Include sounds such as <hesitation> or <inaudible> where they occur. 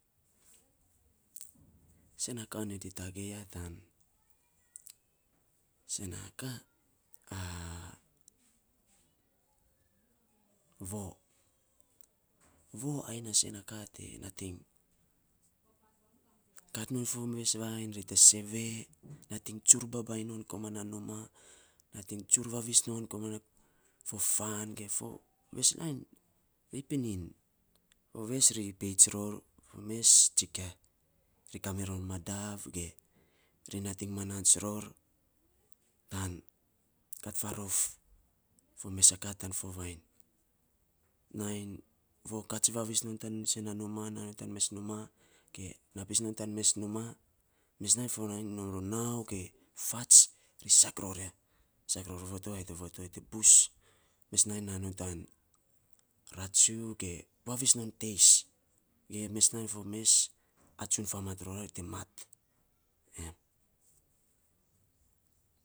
Sen na ka nyo te tagei yan tan, sen na ka <hesitation> <noise> voo. Voo ai naa sen na kaa te <noise> nating kat non fo mes vainy ri te sevee <noise> natikng tsuur babainy no koman naa numaa, nating tsuur vavis non koman a fo fan ge fo, mes nainy ri pinin ves ri peits ror, mes tsikia, ri kamiror madav ge, ri nating manaats ror tan kat faarof fo mes a ka tan fo vainy, vainy voo kats vavis non tan sen na numaa, na non tan mesa numaa, ge naa pis non tan mes numaa, mes nainy fo nainy nom ror nau, ge fats ri sak ror ya, sak ror voo tovei ana voo tovei te bus. Mes nainy na nom tan ratsuu ge vavis non teis ge mes nainy fo mes atsun famat ror ya ai te mat, em.